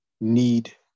need